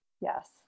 Yes